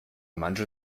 manche